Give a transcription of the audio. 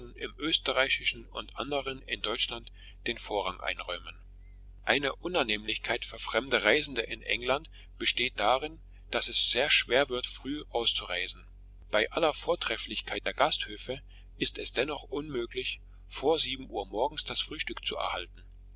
im österreichischen und anderen in deutschland den vorrang einräumen eine unannehmlichkeit für fremde reisende in england besteht darin daß es sehr schwer wird früh auszureisen bei aller vortrefflichkeit der gasthöfe ist es dennoch unmöglich vor sieben uhr morgens das frühstück zu erhalten